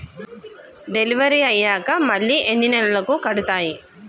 Delivery అయ్యాక మళ్ళీ ఎన్ని నెలలకి కడుతాయి?